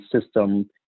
system